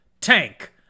Tank